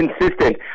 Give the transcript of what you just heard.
consistent